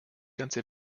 ganze